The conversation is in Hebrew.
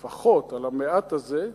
לפחות על המעט הזה,